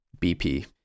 BP